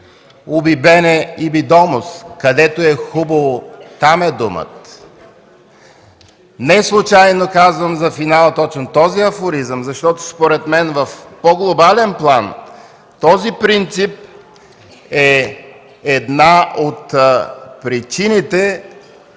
„Уби бене иби домус” – „Където е хубаво, там е домът”. Неслучайно казвам за финал точно този афоризъм, защото според мен в по-глобален план този принцип е една от причините